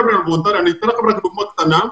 אני אתן לכם רק דוגמא קטנה.